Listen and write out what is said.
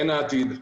הן העתיד.